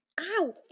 Ow